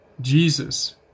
Jesus